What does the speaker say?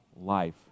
life